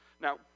Now